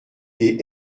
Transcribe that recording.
des